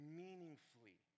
meaningfully